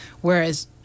whereas